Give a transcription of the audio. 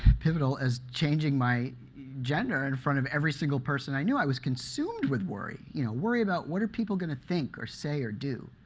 pivotal as changing my gender in front of every single person i knew, i was consumed with worry. you know, worry about, what are people going to think, or say, or do?